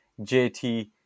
JT